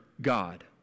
God